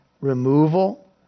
removal